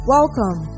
Welcome